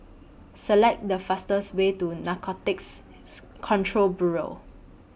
Select The fastest Way to Narcotics Control Bureau